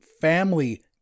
family